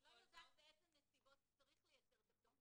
אני לא יודעת באיזה נסיבות צריך לייצר את הפטור,